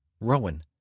Rowan